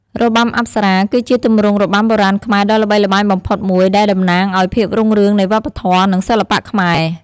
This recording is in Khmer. របាំអប្សរា គឺជាទម្រង់របាំបុរាណខ្មែរដ៏ល្បីល្បាញបំផុតមួយ ដែលតំណាងឱ្យភាពរុងរឿងនៃវប្បធម៌ និងសិល្បៈខ្មែរ។